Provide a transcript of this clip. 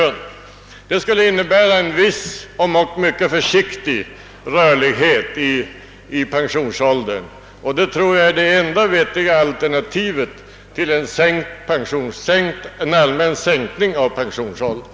Detta skulle innebära en viss, om också mycket försiktig, rörlighet i fråga om pensionsåldern. Jag tror att detta är det enda vettiga alternativet till en allmän sänkning av pensionsåldern.